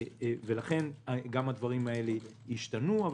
לכן גם הדברים האלה ישתנו.